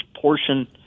portion